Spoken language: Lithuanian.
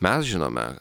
mes žinome